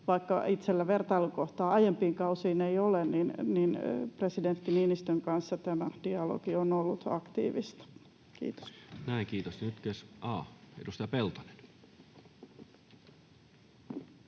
vaikka itsellä vertailukohtaa aiempiin kausiin ei ole, niin presidentti Niinistön kanssa tämä dialogi on ollut aktiivista. — Kiitos. Näin, kiitos. — Edustaja Peltonen.